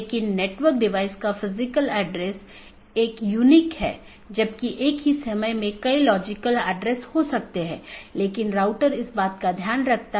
तो इस ईजीपी या बाहरी गेटवे प्रोटोकॉल के लिए लोकप्रिय प्रोटोकॉल सीमा गेटवे प्रोटोकॉल या BGP है